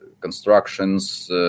constructions